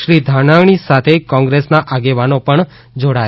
શ્રી ધાનાણી સાથે કોંગ્રેસના આગેવાનો પણ જોડાયા હતા